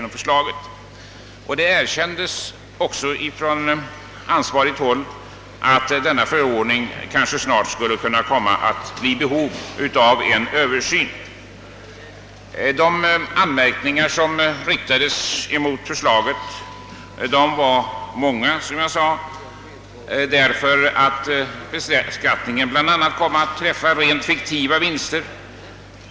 Man erkände på ansvarigt håll att denna förordning kanske snart skulle bli i behov av översyn. Många anmärkningar riktades mot förslaget därför att beskattningen kom att träffa rent fiktiva vinster.